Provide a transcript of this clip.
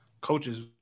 coaches